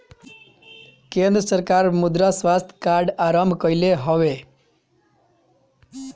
केंद्र सरकार मृदा स्वास्थ्य कार्ड आरंभ कईले हवे